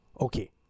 okay